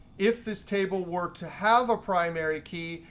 if this table were to have a primary key,